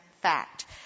fact